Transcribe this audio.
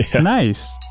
Nice